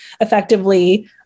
effectively